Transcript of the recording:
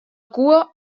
cua